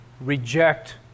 Reject